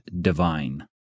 divine